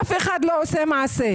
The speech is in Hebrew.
ואף אחד לא עושה מעשה,